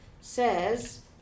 says